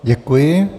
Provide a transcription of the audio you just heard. Děkuji.